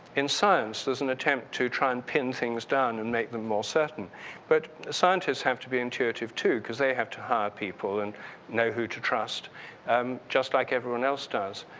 in science, there's an attempt to try and pin things down and make them more certain but scientist have to be intuitive too because they have to hire people and know who to trust um just like everyone else does.